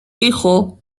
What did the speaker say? hijo